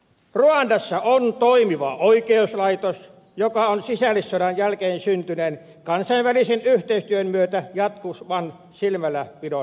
ruandassa on toimiva oikeuslaitos joka on sisällissodan jälkeen syntyneen kansainvälisen yhteistyön myötä jatkuvan silmälläpidon alaisena